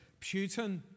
Putin